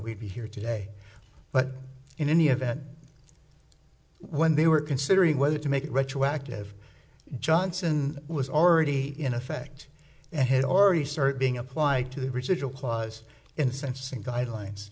we'd be here today but in any event when they were considering whether to make it retroactive johnson was already in effect and had already started being applied to the residual clause in sentencing guidelines